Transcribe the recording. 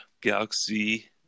Galaxy